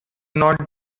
not